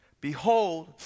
Behold